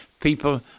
people